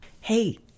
Hey